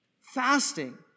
fasting